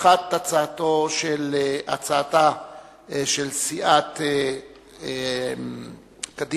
האחת, הצעתה של סיעת קדימה